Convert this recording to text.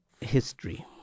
history